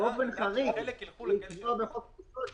חלק ילך לעסקים שלא פיטרו.